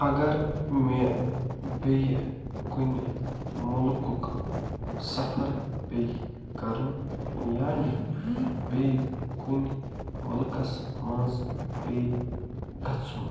اگر مےٚ بیٚیہِ کُنہِ ملکُک سفر پیٚیہِ کَرُن یعنی بیٚیہِ کُنہِ ملکس منٛز پیٚیہِ گَژھُن